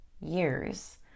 years